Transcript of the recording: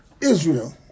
Israel